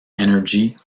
energy